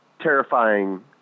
terrifying